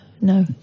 no